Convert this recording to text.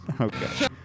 Okay